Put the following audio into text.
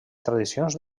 tradicions